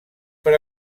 per